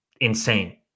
insane